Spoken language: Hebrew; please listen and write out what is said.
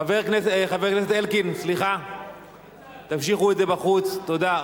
חבר הכנסת אלקין, תמשיכו את זה בחוץ, תודה.